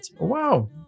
wow